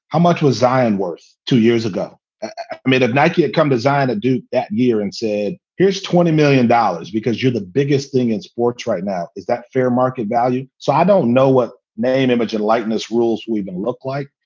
how much was tzion and worth two years ago made of nike come designed to do that year and said here's twenty million dollars because you're the biggest thing in sports right now? is that fair market value? so i don't know what name, image and likeness rules will and look like,